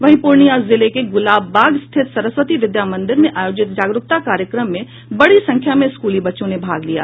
वहीं पूर्णियां जिले के गुलाबबाग स्थित सरस्वती विद्या मंदिर में आयोजित जागरूकता कार्यक्रम में बड़ी संख्या में स्कूली बच्चों ने भाग लिया